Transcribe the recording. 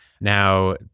Now